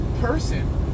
person